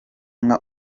nka